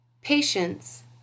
patience